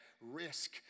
risk